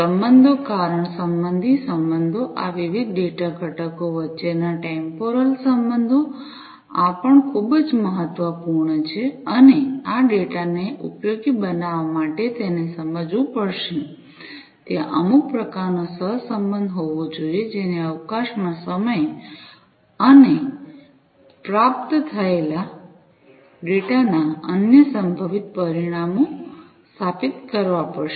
સંબંધો કારણ સંબંધી સંબંધો આ વિવિધ ડેટા ઘટકો વચ્ચેના ટેમ્પોરલ સંબંધો આ પણ ખૂબ જ મહત્વપૂર્ણ છે અને આ ડેટાને ઉપયોગી બનાવવા માટે તેને સમજવું પડશે ત્યાં અમુક પ્રકારનો સહસંબંધ હોવો જોઈએ જેને અવકાશમાં સમય અને પ્રાપ્ત થયેલ ડેટાના અન્ય સંભવિત પરિમાણો સ્થાપિત કરવા પડશે